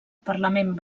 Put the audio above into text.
parlament